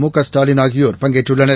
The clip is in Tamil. முகஸ்டாலின் ஆகியோர் பங்கேற்றுள்ளனர்